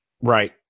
Right